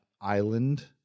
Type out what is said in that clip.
island